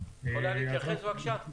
את יכולה להתייחס, בבקשה?